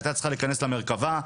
היתה צריכה להיכנס למרכבה,